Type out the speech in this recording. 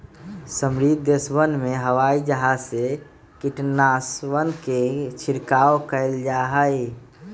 समृद्ध देशवन में हवाई जहाज से कीटनाशकवन के छिड़काव कइल जाहई